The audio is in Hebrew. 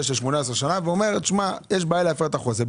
של 18 שנה ואומר: יש בעיה להפר את החוזה.